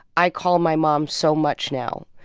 i call my mom so much now